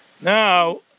now